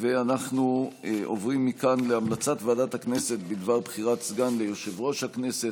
אנחנו עוברים מכאן להמלצת ועדת הכנסת בדבר בחירת סגן ליושב-ראש הכנסת.